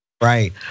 Right